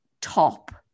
top